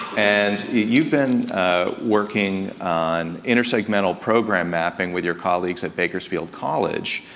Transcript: and you've been working on intersegmental program mapping with your colleagues at bakersfield college.